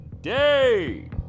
day